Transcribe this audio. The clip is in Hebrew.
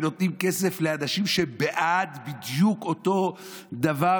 ונותנים כסף לאנשים שהם בעד בדיוק אותו דבר,